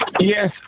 Yes